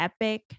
epic